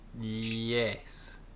Yes